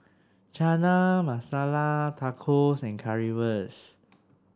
Chana Masala Tacos and Currywurst